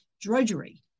drudgery